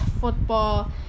football